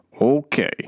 okay